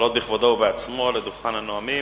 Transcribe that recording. לעלות בכבודו ובעצמו לדוכן הנואמים.